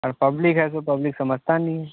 और पब्लिक है सो पब्लिक समझती नहीं है